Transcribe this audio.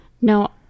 No